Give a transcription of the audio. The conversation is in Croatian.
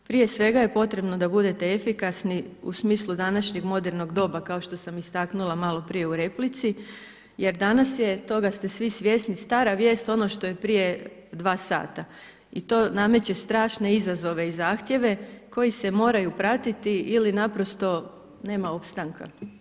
Prije svega je potrebno da budete efikasni u smislu današnjeg modernog doba kao što sam istaknula malo prije u replici jer danas je toga ste svi svjesni stara vijest ono što je prije dva sata i to nameće strašne izazove i zahtjeve koji se moraju pratiti ili naprosto nema opstanka.